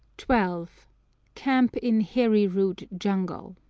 twelve camp in heri-rood jungle